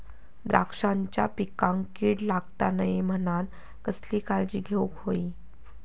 द्राक्षांच्या पिकांक कीड लागता नये म्हणान कसली काळजी घेऊक होई?